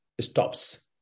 stops